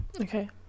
okay